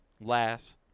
last